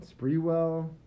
Sprewell